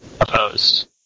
opposed